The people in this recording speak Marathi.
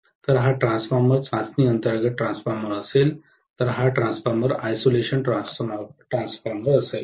तर हा ट्रान्सफॉर्मर चाचणी अंतर्गत ट्रान्सफॉर्मर असेल तर हा ट्रान्सफॉर्मर आयसोलेशन ट्रान्सफॉर्मर असेल